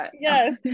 yes